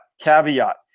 caveat